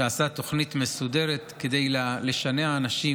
שעשה תוכנית מסודרת כדי לשנע אנשים